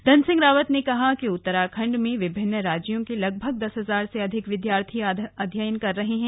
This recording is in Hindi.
धन सिंह रावत ने कहा कि उत्तराख़ डमें विभिन्न राज्यों के लगभग दस हजार से अधिक विद्यार्थी अध्ययन कर रहे हैं